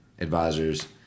advisors